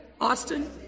Austin